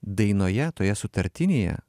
dainoje toje sutartinėje